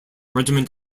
regiment